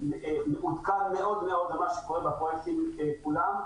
הוא מעודכן מאוד מאוד למה שקורה בפרויקטים כולם,